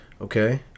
okay